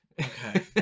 Okay